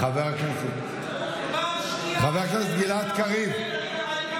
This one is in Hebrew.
חבר הכנסת גלעד קריב.